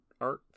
art